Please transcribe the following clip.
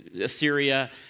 Assyria